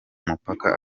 mupaka